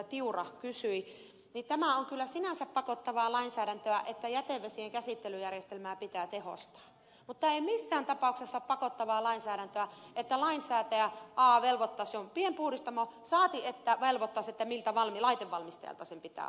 tiura kysyi niin tämä on kyllä sinänsä pakottavaa lainsäädäntöä että jätevesien käsittelyjärjestelmää pitää tehostaa mutta ei missään tapauksessa pakottavaa lainsäädäntöä että lainsäätäjä velvoittaisi että se on pienpuhdistamo saati että velvoittaisi miltä laitevalmistajalta sen pitää olla